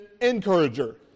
encourager